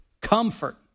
Comfort